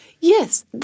Yes